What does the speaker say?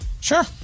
Sure